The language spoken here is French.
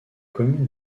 commune